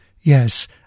yes